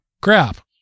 crap